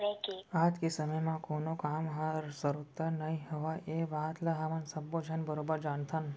आज के समे म कोनों काम ह सरोत्तर नइ होवय ए बात ल हमन सब्बो झन बरोबर जानथन